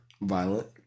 Violent